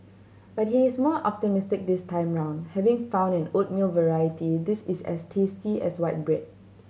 but he is more optimistic this time round having found an oatmeal variety this is as tasty as white bread